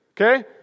okay